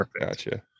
gotcha